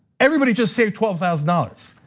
everybody just say twelve thousand dollars.